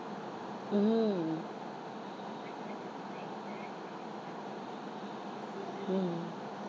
mm mm